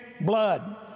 blood